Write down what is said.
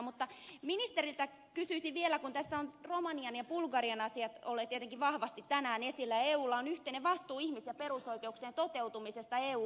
mutta ministeriltä kysyisin vielä kun tässä ovat romanian ja bulgarian asiat olleet tietenkin vahvasti tänään esillä ja eulla on yhteinen vastuu ihmis ja perusoikeuksien toteutumisesta eu alueella